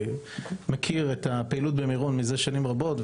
אני מכיר את הפעילות במירון שנים רבות,